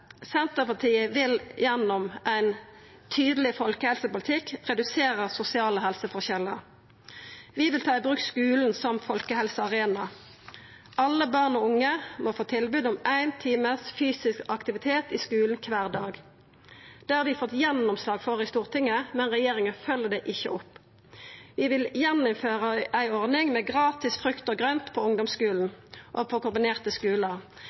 Senterpartiet vil gjennom ein tydeleg folkehelsepolitikk redusera sosiale helseforskjellar. Vi vil ta i bruk skulen som folkehelsearena. Alle barn og unge må få tilbod om ein time fysisk aktivitet i skulen kvar dag. Det har vi fått gjennomslag for i Stortinget, men regjeringa følgjer det ikkje opp. Vi vil igjen innføra ei ordning med gratis frukt og grønt på ungdomsskulen og på kombinerte skular.